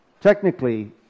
Technically